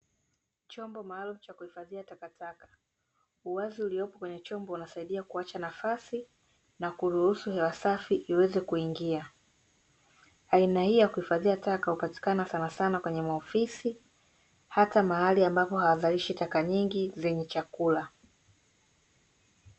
Chombo maalumu cha kuhifadhia takataka. Uwazi uliopo kwenye chombo unasaidia kuacha nafasi na kuruhusu hewa safi iweze kuingia. Aina hii ya kuhifadhia taka hupatikana sanasana kwenye maofisi, hata mahali ambapo hawazalishi taka nyingi zenye chakula.